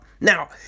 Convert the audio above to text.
now